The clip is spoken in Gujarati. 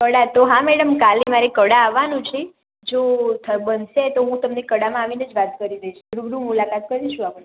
કળા તો હા મેડમ કાલે મારે કળા આવવાનું છે જો બનશે તો હું તમને કળામાં આવીને જ વાત કરી દઈશ રૂબરૂ મુલાકાત કરીશું આપણે